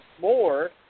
more